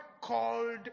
called